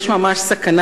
יש ממש סכנה,